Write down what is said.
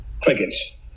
Crickets